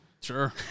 Sure